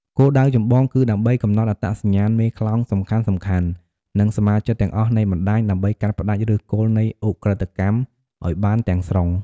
គោលដៅចម្បងគឺដើម្បីកំណត់អត្តសញ្ញាណមេខ្លោងសំខាន់ៗ និងសមាជិកទាំងអស់នៃបណ្តាញ ដើម្បីកាត់ផ្តាច់ឫសគល់នៃឧក្រិដ្ឋកម្មឲ្យបានទាំងស្រុង។